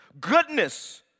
Goodness